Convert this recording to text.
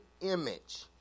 image